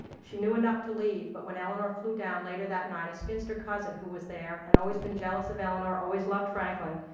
she knew enough to leave, but when eleanor flew down later that night, a spinster cousin who was there and always been jealous of eleanor, always loved franklin,